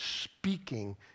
speaking